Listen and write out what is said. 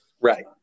Right